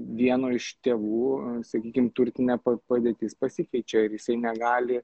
vieno iš tėvų sakykim turtinė padėtis pasikeičia ir jisai negali